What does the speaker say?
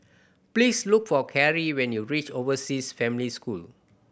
please look for Carrie when you reach Overseas Family School